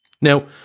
Now